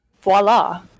voila